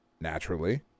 naturally